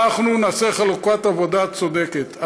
אנחנו נעשה חלוקה עבודה צודקת.